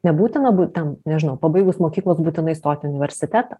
nebūtina būt ten nežinau pabaigus mokyklą būtinai stoti į universitetą